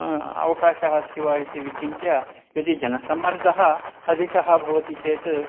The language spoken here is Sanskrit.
अवकाशः अस्ति वा इति विचिन्त्य यदि जनसम्मर्दः अधिकः भवति चेत्